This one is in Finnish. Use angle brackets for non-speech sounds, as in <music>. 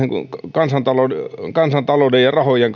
ihan kansantalouden ja rahojen <unintelligible>